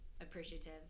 appreciative